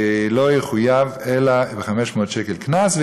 לא יחויב אלא ב-500 שקל קנס,